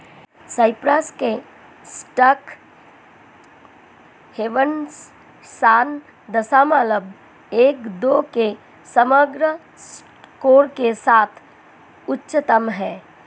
Cyprus के tax havens सात दशमलव एक दो के समग्र स्कोर के साथ उच्चतम हैं